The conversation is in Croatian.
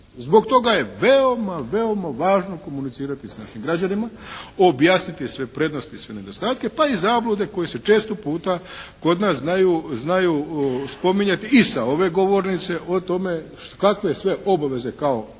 Zbog toga je veoma, veoma važno komunicirati s našim građanima, objasniti sve prednosti, sve nedostatke, pa i zablude koje se često puta kod nas znaju spominjati i sa ove govornice o tome kakve sve obveze kao unaprijed